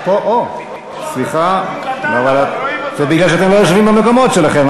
זה בגלל שאתם לא יושבים במקומות שלכם,